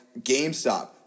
GameStop